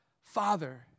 Father